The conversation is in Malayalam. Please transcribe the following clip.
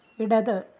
ഇടത്